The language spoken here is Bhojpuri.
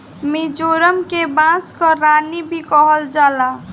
मिजोरम के बांस कअ रानी भी कहल जाला